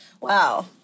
Wow